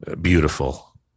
beautiful